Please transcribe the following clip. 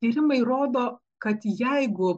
tyrimai rodo kad jeigu